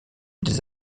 des